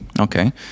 Okay